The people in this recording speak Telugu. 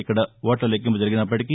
ఇక్కడ ఓట్ల లెక్కింపు జరిగినప్పటికి